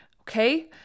Okay